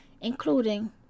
including